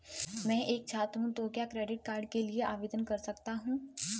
मैं एक छात्र हूँ तो क्या क्रेडिट कार्ड के लिए आवेदन कर सकता हूँ?